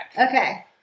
Okay